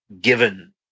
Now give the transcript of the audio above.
given